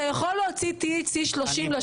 אתה יכול להוציא THC-30 לשוק?